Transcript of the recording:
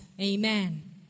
Amen